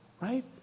right